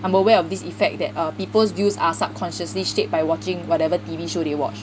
I'm aware of this effect that uh people's views are sub consciously shaped by watching whatever T_V shows they watch